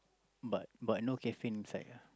but but no caffeine inside ah